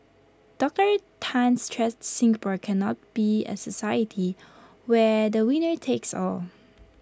Doctor Tan stressed Singapore cannot be A society where the winner takes all